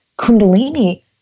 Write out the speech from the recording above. kundalini